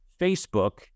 Facebook